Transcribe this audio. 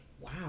Wow